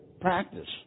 practice